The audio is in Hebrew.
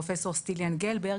פרופסור סטיליאן גלברג,